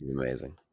amazing